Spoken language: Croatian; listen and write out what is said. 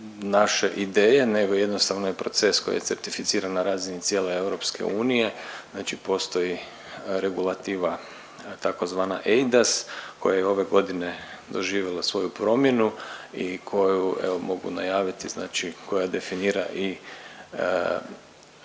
naše ideje nego jednostavno je proces koji je certificiran na razini cijele EU, znači postoji regulativa tzv. eIDAS koja je ove godine doživjela svoju promjenu i koju evo mogu najaviti znači koja definira i